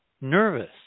nervous